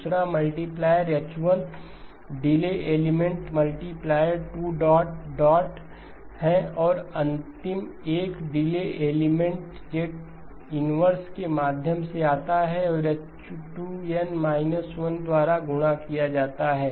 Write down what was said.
दूसरा multiplier h1 delay element multiplier 2 dot dot dot है और अंतिम एक डिले एलिमेंट z 1के माध्यम से आता है और h2N 1 द्वारा गुणा किया जाता है